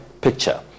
picture